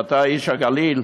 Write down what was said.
ואתה איש הגליל,